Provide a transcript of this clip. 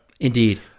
Indeed